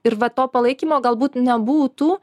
ir va to palaikymo galbūt nebūtų